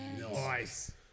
Nice